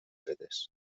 fetes